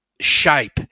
shape